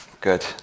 Good